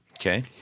Okay